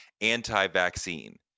anti-vaccine